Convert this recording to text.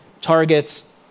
targets